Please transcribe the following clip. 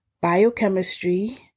biochemistry